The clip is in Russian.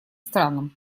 странам